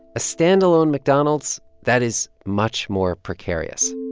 a standalone mcdonald's that is much more precarious